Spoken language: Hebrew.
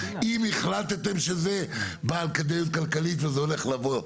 אם החלטתם שזה בעל כדאיות כלכלית וזה הולך לבוא.